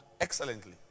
excellently